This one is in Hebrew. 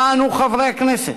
אנו, חברי הכנסת,